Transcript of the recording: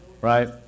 Right